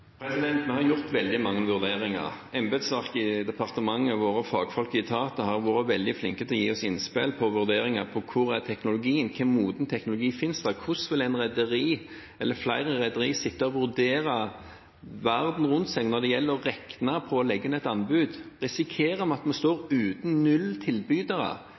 Vi har gjort veldig mange vurderinger. Embetsverket i departementet og våre fagfolk i etatene har vært veldig flinke til å gi oss innspill på vurderinger av hvor teknologien er, hvor moden teknologi som finnes, og hvordan rederiene vil vurdere verden rundt seg når det gjelder å regne på å legge inn anbud. Risikerer vi at vi står uten tilbydere